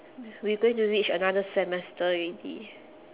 we going to reach another semester already